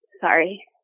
sorry